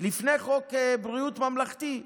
לפני חוק בריאות ממלכתי,